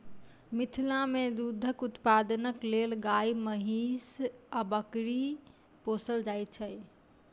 मिथिला मे दूधक उत्पादनक लेल गाय, महीँस आ बकरी पोसल जाइत छै